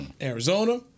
Arizona